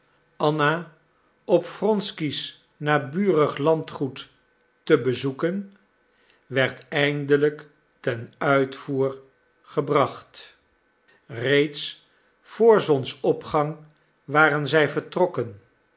anna op wronsky's naburig landgoed te bezoeken werd eindelijk ten uitvoer gebracht reeds voor zonsopgang waren zij vertrokken